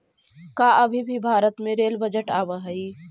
का अभी भी भारत में रेल बजट आवा हई